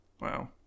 Wow